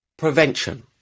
Prevention